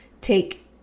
take